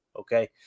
Okay